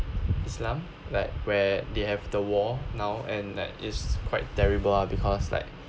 islam like where they have the war now and like it is quite terrible ah because like